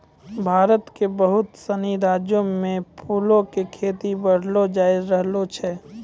भारत के बहुते सिनी राज्यो मे फूलो के खेती बढ़लो जाय रहलो छै